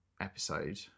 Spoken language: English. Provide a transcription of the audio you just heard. episode